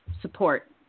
support